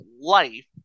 life